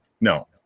No